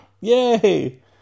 Yay